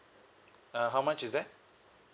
uh how much is that